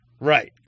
Right